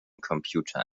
computer